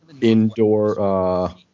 indoor